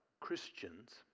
Christians